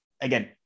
again